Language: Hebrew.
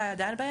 לא היה די בהם.